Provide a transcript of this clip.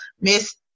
Miss